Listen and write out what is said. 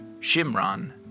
Shimron